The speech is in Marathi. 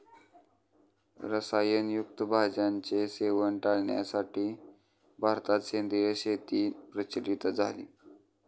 रसायन युक्त भाज्यांचे सेवन टाळण्यासाठी भारतात सेंद्रिय शेती प्रचलित झाली